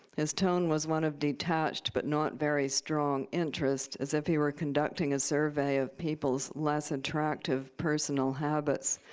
his tone was one of detached but not very strong interest, as if he were conducting a survey of people's less-attractive personal habits,